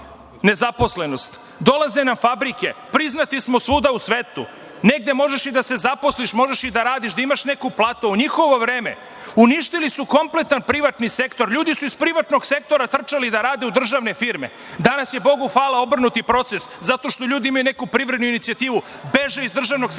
nezaposlenost. Dolaze nam fabrike, priznati smo svuda u svetu. Negde možeš i da se zaposliš, možeš i da radiš, da imaš i neku platu. U njihovo vreme uništili su kompletan privatan sektor. Ljudi su iz privatnog sektora trčali da rade u državne firme. Danas je, Bogu hvala, obrnuti proces zato što ljudi imaju neku privrednu inicijativu, beže iz državnog sektora,